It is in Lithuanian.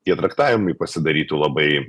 tie traktavimai pasidarytų labai